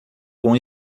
com